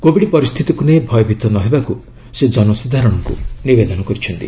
Covid ପରିସ୍ଥିତିକୁ ନେଇ ଭୟଭୀତ ନ ହେବାକୁ ସେ ଜନସାଧାରଣଙ୍କୁ ନିବେଦନ କରିଛନ୍ତି